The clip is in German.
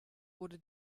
wurde